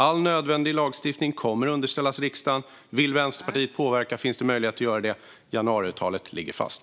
All nödvändig lagstiftning kommer att underställas riksdagen. Vill Vänsterpartiet påverka finns det möjlighet att göra det. Januariavtalet ligger fast.